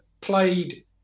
played